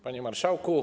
Panie Marszałku!